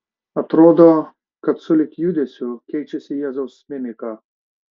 atrodo kad sulig judesiu keičiasi jėzaus mimika